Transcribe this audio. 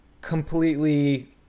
completely